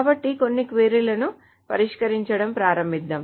కాబట్టి కొన్ని క్వరీలను పరిష్కరించడం ప్రారంభిద్దాం